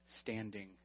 standing